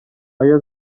آیا